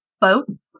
Boats